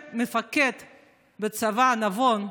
מפקד בצבא, נבון,